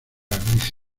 almizcle